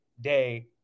day